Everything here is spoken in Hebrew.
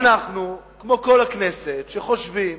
אנחנו, כמו כל הכנסת, שחושבים